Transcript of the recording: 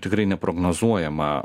tikrai neprognozuojamą